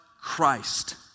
Christ